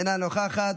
אינה נוכחת.